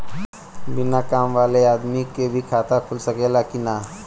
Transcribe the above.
बिना काम वाले आदमी के भी खाता खुल सकेला की ना?